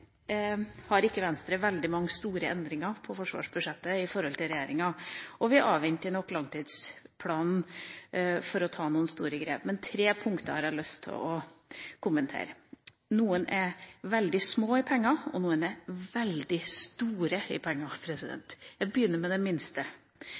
har ikke veldig mange store endringer på forsvarsbudsjettet i forhold til regjeringa. Vi avventer langtidsplanen før vi vil ta noen store grep. Men tre punkter har jeg lyst til å kommentere. Noen er veldig små i penger, og noen er veldig store i